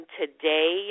today